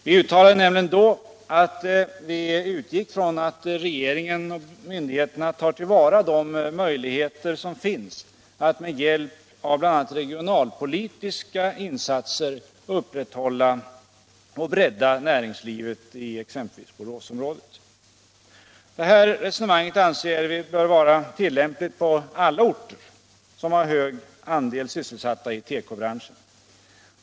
Vi uttalade nämligen då att vi utgick från att regeringen och myndigheterna tar till vara de möjligheter som finns att med hjälp av bl.a. regionalpolitiska insatser upprätthålla och bredda näringslivet i exempelvis Boråsområdet. Detta resonemang anser vi bör vara tillämpligt på alla orter som har hög andel sysselsatta i tekobranschen.